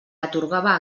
atorgava